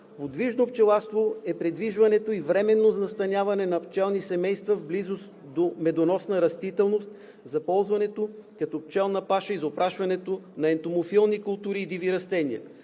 „Подвижно пчеларство е придвижването и временно настаняване на пчелни семейства в близост до медоносна растителност за ползването като пчелна паша и за опрашването на ентомофилни култури и диви растения.“